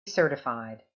certified